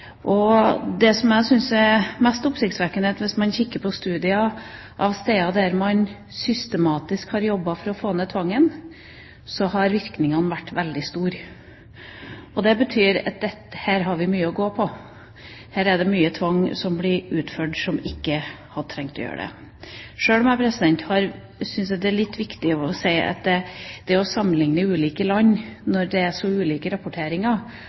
Det som jeg syns er mest oppsiktsvekkende, er at hvis man kikker på studier av steder der man systematisk har jobbet for å få ned tvangsbruken, så ser man at virkningene har vært veldig store. Det betyr at her har vi mye å gå på, her er det mye tvang som blir utført, som ikke hadde trengt å bli det – sjøl om jeg syns at det er litt viktig å si at det å sammenligne ulike land når det er så ulike rapporteringer,